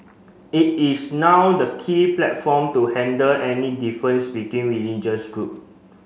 it is now the key platform to handle any difference between religious group